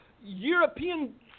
European